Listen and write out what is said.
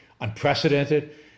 unprecedented